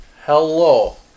Hello